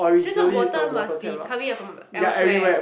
then the water must be coming out from elsewhere